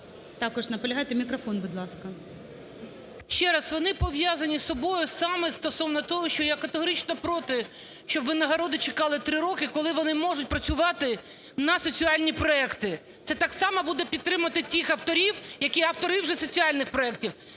Також наполягаєте. Мікрофон, будь ласка. 10:50:22 КОРЧИНСЬКА О.А. Ще раз, вони пов'язані між собою саме стосовно того, що я категорично проти, щоб винагороди чекали 3 роки, коли вони можуть працювати на соціальні проекти. Це так само буде підтримувати тих авторів, які автори вже соціальних проектів.